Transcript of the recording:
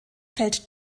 fällt